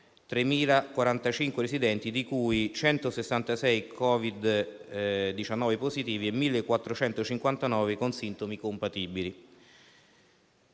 3.045 residenti, dei quali 166 Covid-19 positivi e 1.459 con sintomi compatibili.